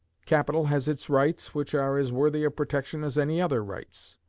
capital has its rights, which are as worthy of protection as any other rights.